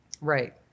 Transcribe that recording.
Right